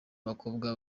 abakobwa